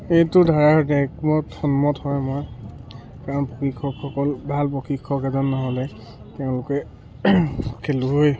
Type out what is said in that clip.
এইটো ধাৰাৰ একমত সন্মত হয় মই কাৰণ প্ৰশিক্ষকসকল ভাল প্ৰশিক্ষক এজন নহ'লে তেওঁলোকে খেলুৱৈ